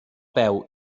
peu